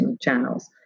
channels